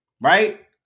right